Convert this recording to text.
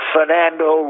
Fernando